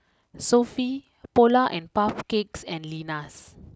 Sofy Polar and Puff Cakes and Lenas